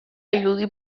irudi